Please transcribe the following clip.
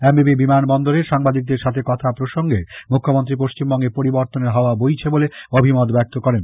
M B B বিমান বন্দরে সাংবাদিকদের সঙ্গে কথা প্রসঙ্গে মুখ্যমন্ত্রী পশ্চিমবঙ্গে পরিবর্তনের হওয়া বইছে বলে অভিমত ব্যক্ত করেন